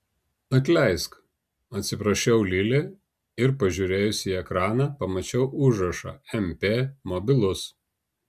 atleisk atsiprašiau lili ir pažiūrėjusi į ekraną pamačiau užrašą mp mobilus